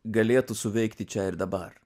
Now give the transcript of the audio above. galėtų suveikti čia ir dabar